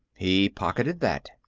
he pocketed that.